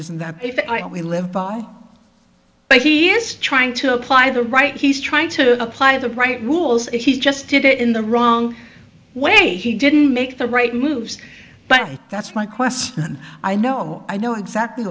isn't that if we live by but he is trying to apply the right he's trying to apply the right rules and he just did it in the wrong way he didn't make the right moves but that's my question i know i know exactly